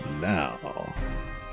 now